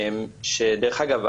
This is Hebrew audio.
דרך אגב,